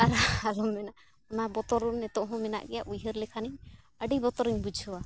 ᱟᱨ ᱟᱞᱚᱢ ᱢᱮᱱᱟ ᱚᱱᱟ ᱵᱚᱛᱚᱨ ᱱᱤᱛᱳᱜ ᱦᱚᱸ ᱢᱮᱱᱟᱜ ᱜᱮᱭᱟ ᱩᱭᱦᱟᱹᱨ ᱞᱮᱠᱷᱟᱱᱤᱧ ᱟᱹᱰᱤ ᱵᱚᱛᱚᱨᱤᱧ ᱵᱩᱡᱷᱟᱹᱣᱟ